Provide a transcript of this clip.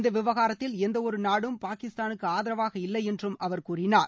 இந்த விவகாரத்தில் எந்த ஒரு நாடும் பாகிஸ்தானுக்கு ஆதரவாக இல்லை என்றும் அவர் கூறினார்